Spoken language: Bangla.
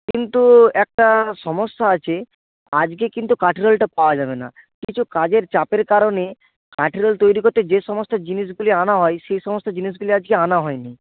কিন্তু একটা সমস্যা আছে আজকে কিন্তু কাঠি রোলটা পাওয়া যাবে না কিছু কাজের চাপের কারণে কাঠি রোল তৈরি করতে যে সমস্ত জিনিসগুলি আনা হয় সেই সমস্ত জিনিসগুলি আজকে আনা হয়নি